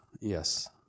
Yes